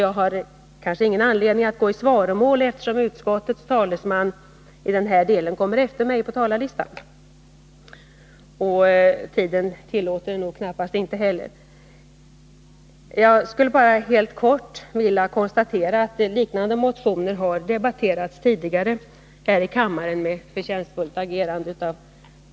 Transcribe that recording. Jag har kanske ingen anledning att gå i svaromål, eftersom utskottets talesman i den delen står efter mig på talarlistan. Tiden tillåter det väl knappast heller. Jag skulle bara helt kort vilja konstatera att liknande motioner debatterats från centern.